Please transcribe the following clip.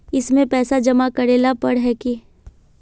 इसमें पैसा जमा करेला पर है की?